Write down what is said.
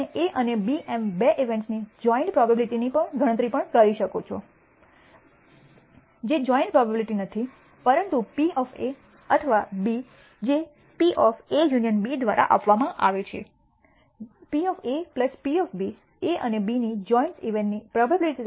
તમે A અને B એમ બે ઇવેન્ટ્સની જોઈન્ટ પ્રોબેબીલીટી ની પણ ગણતરી કરી શકો છો જે જોઈન્ટ પ્રોબેબીલીટી નથી પરંતુ P અથવા B જે P દ્વારા આપવામાં આવે છે P P Aઅને B ની જોઈન્ટ ઇવેન્ટ્સની પ્રોબેબીલીટી